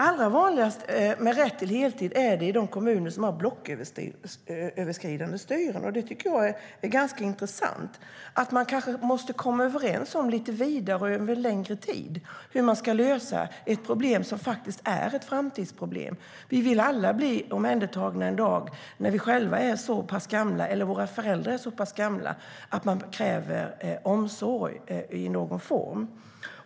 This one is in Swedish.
Allra vanligast med rätt till heltid är det i de kommuner som har blocköverskridande styre. Det tycker jag är ganska intressant. Man kanske måste komma överens lite vidare och över längre tid i fråga om hur man ska lösa ett problem som faktiskt är ett framtidsproblem. Vi och våra föräldrar vill alla bli omhändertagna den dag då vi är så pass gamla att vi kräver omsorg i någon form.